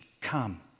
Come